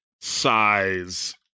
size